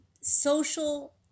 social